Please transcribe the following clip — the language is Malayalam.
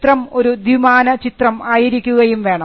ചിത്രം ഒരു ദ്വിമാന ചിത്രം ആയിരിക്കുകയും വേണം